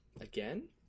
Again